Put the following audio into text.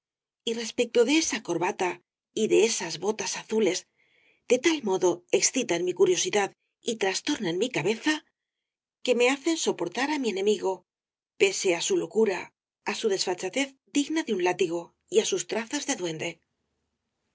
y respecto de esa corbata y de esas botas azules de tal modo excitan mi curiosidad y trastornan mi cabeza que me hacen soportar á mi enemigo pese á su locura á su desfachatez digna de un látigo y á sus trazas de duende